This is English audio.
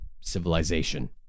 civilization